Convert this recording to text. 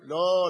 לא,